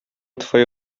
twoje